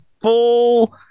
Full